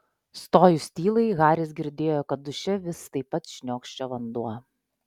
stojus tylai haris girdėjo kad duše vis taip pat šniokščia vanduo